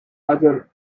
other